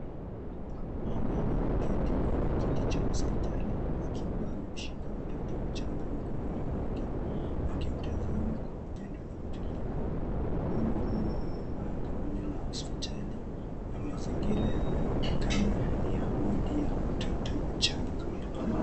Mama ameketi kwenye kiti cha hospitali akiwa amemshika mtoto mchanga mikononi mwake akimtazama kwa upendo na utulivu. Mama huyu amevaa gauni la hospitali na mazingira yanaonekana ni ya wodi ya watoto wachanga.